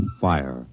fire